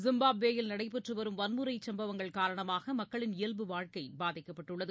ஜிம்பாப்வேயில் நடைபெற்றுவரும் வன்முறைச் சம்பவங்கள் காரணமாக்களின் இயல்பு வாழ்க்கைபாதிக்கப்பட்டுள்ளது